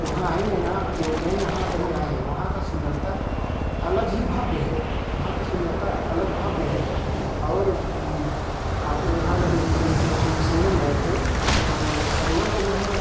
वहाँ आएँगे ना आप तो कहेंगे कि हाँ कहीं आएँ हैं वहाँ की सुंदरता अलग ही भव्य है वहाँ की सुंदरता अलग भव्य है और हम यहाँ का देख लीजिए हम संगम गए थे तो संगम जो है